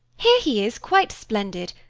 here he is, quite splendid.